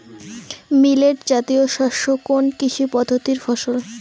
Millet জাতীয় শস্য কোন কৃষি পদ্ধতির ফসল?